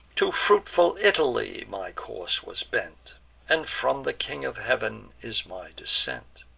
to fruitful italy my course was bent and from the king of heav'n is my descent.